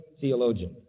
theologian